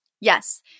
Yes